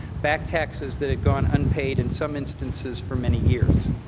back taxes that had gone unpaid, in some instances for many years.